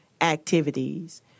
activities